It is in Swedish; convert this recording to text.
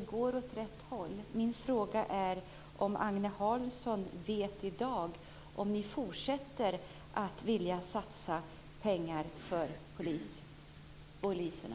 går som sagt åt rätt håll. Min fråga är om Agne Hansson i dag vet om Centerpartiet kommer att fortsätta att vilja satsa pengar för poliserna.